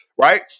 right